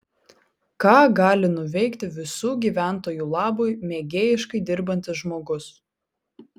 ką gali nuveikti visų gyventojų labui mėgėjiškai dirbantis žmogus